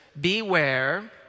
Beware